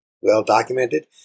well-documented